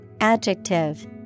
adjective